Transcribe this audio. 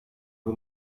who